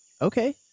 Okay